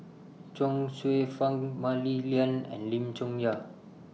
Chuang Hsueh Fang Mah Li Lian and Lim Chong Yah